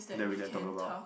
that we can talk about